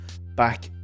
back